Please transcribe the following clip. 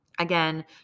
Again